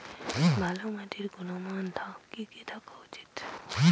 ভালো মাটির গুণমান কি কি থাকা উচিৎ?